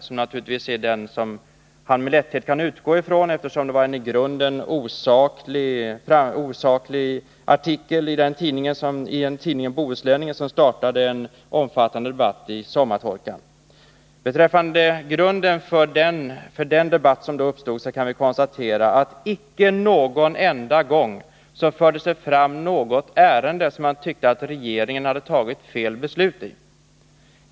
Det är naturligtvis lätt för honom att utgå från detta län, då det var en i grunden osaklig artikel i tidningen Bohusläningen som startade en omfattande debatt i sommartorkan. När det gäller grunden för den debatt som då uppstod kan jag konstatera att det inte en enda gång fördes fram något ärende där man tyckte att regeringen hade fattat fel beslut.